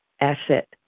asset